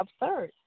absurd